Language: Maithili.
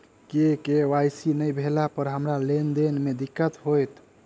के.वाई.सी नै भेला पर हमरा लेन देन मे दिक्कत होइत?